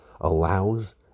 allows